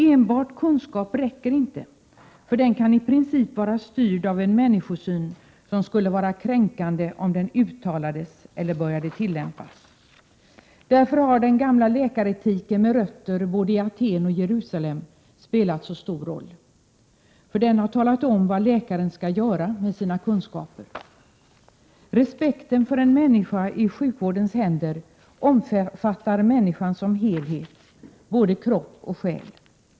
Enbart kunskap räcker inte, för den kan i princip vara styrd av en människosyn som skulle vara kränkande, om den uttalades eller började tillämpas. Därför har den gamla läkaretiken med rötter både i Aten och i Jerusalem spelat så stor roll — den har talat om vad läkaren skall göra med sina kunskaper. Respekten för en människa i sjukvårdens händer omfattar människan som helhet, både kropp och själ.